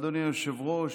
אדוני היושב-ראש,